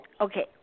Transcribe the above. okay